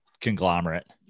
conglomerate